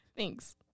Thanks